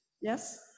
yes